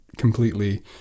completely